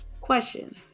question